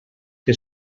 que